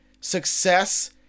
success